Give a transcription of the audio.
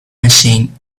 machine